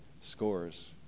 scores